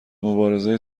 مبارزه